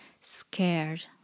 scared